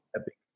epic